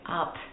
up